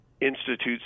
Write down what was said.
institutes